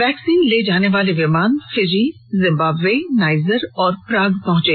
vaccine ले जाने वाले विमान फिजी जिम्बाम्बे नाइजर और पराग पहुंचे